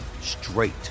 straight